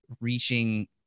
reaching